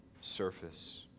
surface